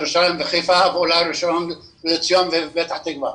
ירושלים וחיפה ואולי ראשון לציון ופתח תקווה.